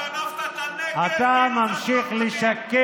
אתה גנבת את הנגב, אתה ממשיך לשקר.